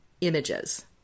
images